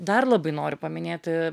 dar labai noriu paminėti